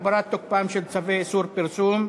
הגבלת תוקפם של צווי איסור פרסום),